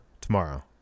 tomorrow